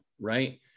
right